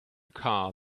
car